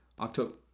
October